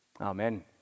Amen